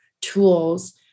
tools